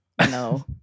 No